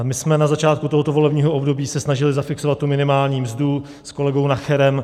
My jsme se na začátku tohoto volebního období snažili zafixovat minimální mzdu s kolegou Nacherem.